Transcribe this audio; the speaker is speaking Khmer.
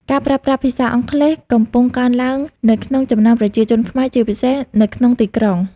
ការប្រើប្រាស់ភាសាអង់គ្លេសកំពុងកើនឡើងនៅក្នុងចំណោមប្រជាជនខ្មែរ ជាពិសេសនៅក្នុងទីក្រុង។